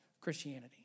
Christianity